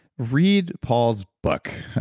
read paul's book,